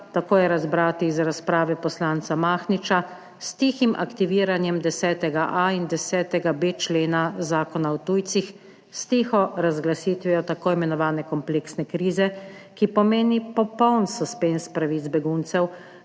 tako je razbrati iz razprave poslanca Mahniča, s tihim aktiviranjem 10. a in 10.b člena Zakona o tujcih. S tiho razglasitvijo tako imenovane kompleksne krize, ki pomeni popoln suspenz pravic beguncev,